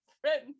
friends